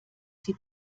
sie